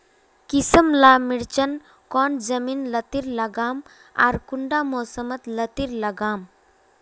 किसम ला मिर्चन कौन जमीन लात्तिर लगाम आर कुंटा मौसम लात्तिर लगाम?